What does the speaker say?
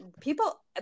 people